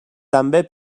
també